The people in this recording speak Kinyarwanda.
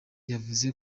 yavuze